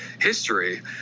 history